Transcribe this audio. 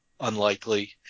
unlikely